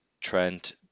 Trent